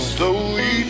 Slowly